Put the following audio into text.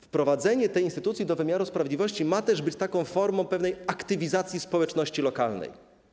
Wprowadzenie tej instytucji do wymiaru sprawiedliwości ma też być formą pewnej aktywizacji społeczności lokalnej.